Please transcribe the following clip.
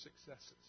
successes